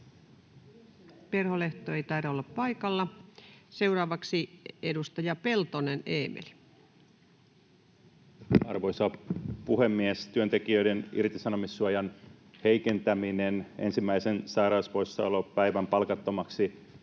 Perholehto ei taida olla paikalla. — Seuraavaksi edustaja Peltonen, Eemeli. Arvoisa puhemies! Työntekijöiden irtisanomissuojan heikentäminen, ensimmäisen sairauspoissaolopäivän palkattomaksi